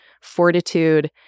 fortitude